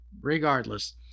regardless